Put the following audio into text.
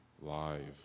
Live